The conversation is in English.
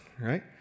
right